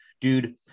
dude